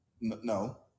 No